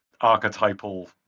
archetypal